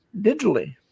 digitally